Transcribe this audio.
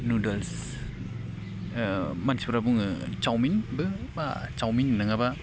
noodles मानसिफोरा बुङो चाउमिनबो बा चाउमिन नोङाब्ला